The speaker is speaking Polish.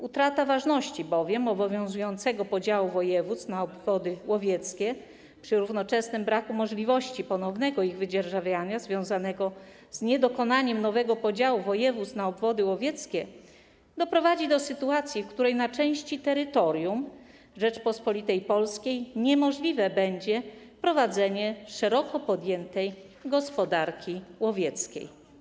Utrata bowiem ważności obowiązującego podziału województwa na obwody łowieckie przy równoczesnym braku możliwości ponownego ich wydzierżawiania związanego z niedokonaniem nowego podziału województw na obwody łowieckie doprowadzi do sytuacji, w której na części terytorium Rzeczypospolitej Polskiej niemożliwe będzie prowadzenie szeroko pojętej gospodarki łowieckiej.